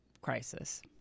crisis